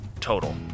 total